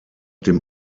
dem